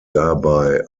dabei